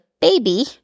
baby